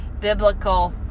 biblical